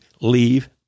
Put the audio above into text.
Leave